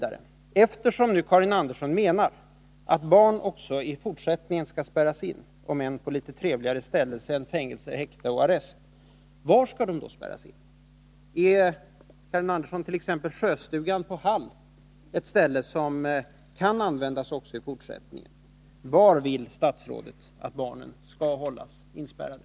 as in — om än på litet trevligare ställen än i fängelse. häkte eller arrest — var skall de då spärras in? Är t.ex. Sjöstugan på Hall ett ställe som kan användas också i fortsättningen? Var vill statsrådet att barnen skall hållas inspärrade?